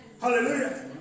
Hallelujah